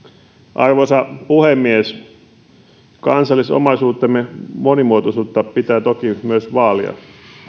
arvoisa puhemies kansallisomaisuutemme monimuotoisuutta pitää toki myös vaalia